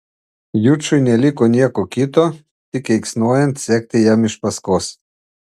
jučui neliko nieko kito tik keiksnojant sekti jam iš paskos